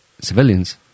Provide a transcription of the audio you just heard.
civilians